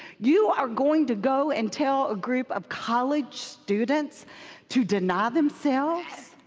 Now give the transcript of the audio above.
you are going to go and tell a group of college students to deny themselves,